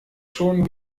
schon